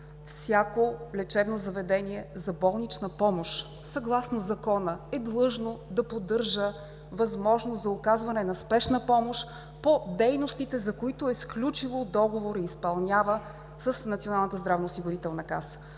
Всяко лечебно заведение за болнична помощ съгласно закона е длъжно да поддържа възможност за оказване на спешна помощ по дейностите, за които е сключило договор с НЗОК